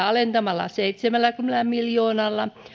alentamalla varhaiskasvatusmaksuja seitsemälläkymmenellä miljoonalla